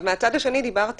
מהצד השני, דיברת